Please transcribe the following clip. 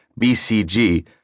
BCG